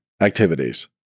activities